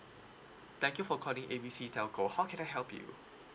thank you for calling A B C telco how can I help you